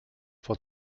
vor